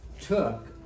took